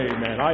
Amen